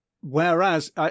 Whereas